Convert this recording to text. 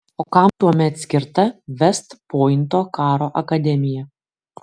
o kam tuomet skirta vest pointo karo akademija